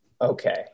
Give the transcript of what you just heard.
Okay